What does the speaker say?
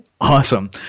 awesome